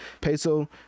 Peso